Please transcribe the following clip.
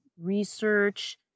research